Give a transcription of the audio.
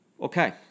Okay